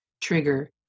trigger